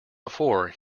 before